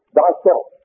thyself